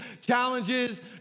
challenges